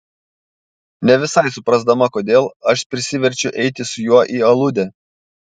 ne visai suprasdama kodėl aš prisiverčiu eiti su juo į aludę